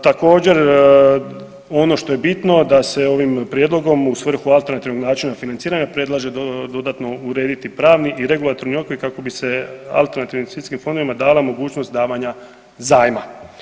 Također ono što je bitno da se ovim prijedlogom u svrhu alternativnog načina financiranja predlaže dodatno urediti pravni i regulatorni okvir kako bi se alternativnim investicijskim fondovima dala mogućnost davanja zajma.